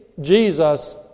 Jesus